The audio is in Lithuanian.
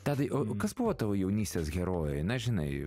tadai o kas buvo tavo jaunystės herojai na žinai